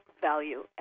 value